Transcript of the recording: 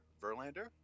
Verlander